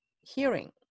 hearing